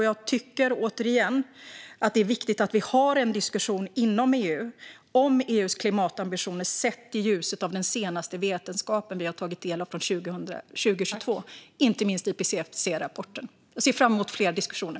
Jag tycker återigen att det är viktigt att vi har en diskussion inom EU om EU:s klimatambitioner sett i ljuset av den senaste vetenskapen vi får del av under 2022, inte minst IPCC-rapporten. Jag ser fram emot fler diskussioner.